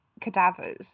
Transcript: cadavers